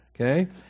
Okay